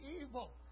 evil